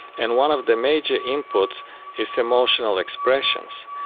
and one of the major inputs is emotional expressions.